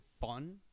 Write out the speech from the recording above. fun